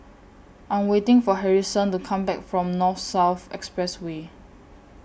I Am waiting For Harrison to Come Back from North South Expressway